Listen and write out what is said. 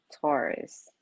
taurus